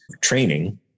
training